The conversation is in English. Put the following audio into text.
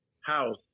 house